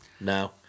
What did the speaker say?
No